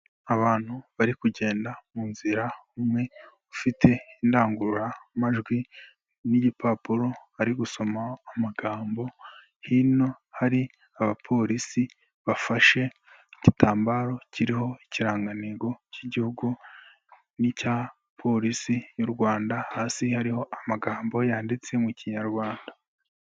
Abantu bari kugenda mu nzira umwe ufite indangururamajwi n'igipapuro ari gusoma amagambo hino hari abapolisi bafashe igitambaro kiriho ikirangantego cy'igihugu n'icya polisi y'u Rwanda hasi hariho amagambo yanditse mu kinyarwanda.